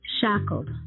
Shackled